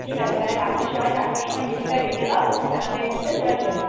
ঠিক আছে তাহলে কালকের সবাই চারটার সময় মিটিংটা ডেকে দাও যেমন চারটের মধ্যে সবাই চলে আসে